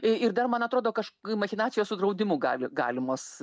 ir dar man atrodo kaž machinacijos su draudimu gali galimos